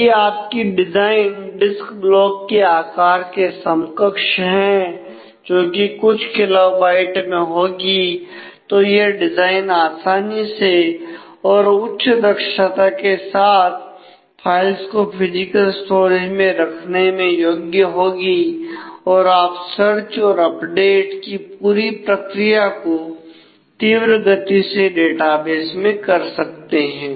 यदि आपकी design disk block के आकार के समकक्ष है जो कि कुछ किलोबाइट में होगी तो यह डिजाइन आसानी से और उच्च दक्षता के साथ फाइल्स को फिजिकल स्टोरेज में रखने में योग्य होगी और आप सर्च और अपडेट की पूरी प्रक्रिया को तीव्र गति से डेटाबेस में कर सकते हैं